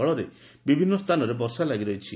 ଫଳରେ ବିଭିନ୍ଦ ସ୍ରାନରେ ବର୍ଷା ଲାଗିରହିଛି